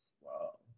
Wow